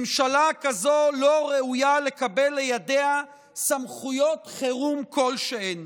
ממשלה כזאת לא ראויה לקבל לידיה סמכויות חירום כלשהן.